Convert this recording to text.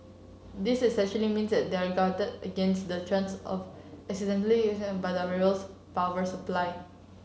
this essentially means they are guarded against the chance of accidental by the railway's power supply